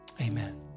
Amen